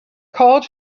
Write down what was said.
called